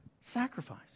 Sacrifice